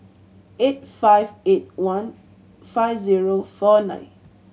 eight five eight one five zero four nine